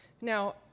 Now